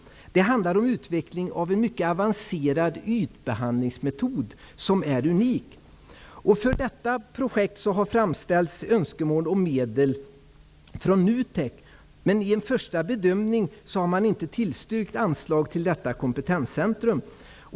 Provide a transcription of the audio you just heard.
Det handlar om utveckling av en mycket avancerad ytbehandlingsmetod som är unik. För detta projekt har framställts önskemål om medel från NUTEK. Men i första bedömningen har inte något anslag tillstyrkts till detta kompetenscentrum.